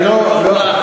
אני לא,